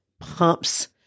pumps